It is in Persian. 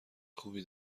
خوبی